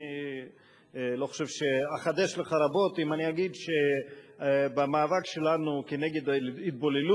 אני לא חושב שאחדש לך רבות אם אני אגיד שבמאבק שלנו כנגד ההתבוללות,